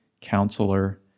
Counselor